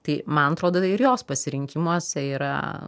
tai man atrodo ir jos pasirinkimuose yra